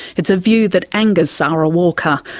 it's a view that angers sara walker.